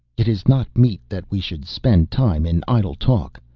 it is not meet that we should spend time in idle talk.